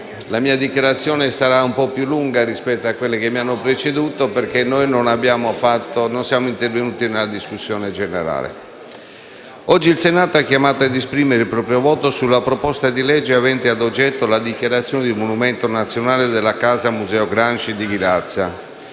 la mia dichiarazione sarà un po' più lunga rispetto a quelle che mi hanno preceduto, perché il mio Gruppo non è intervenuto in discussione generale. Oggi il Senato è chiamato ad esprimere il proprio voto sulla proposta di legge avente ad oggetto la dichiarazione di monumento nazionale della Casa Museo Gramsci di Ghilarza.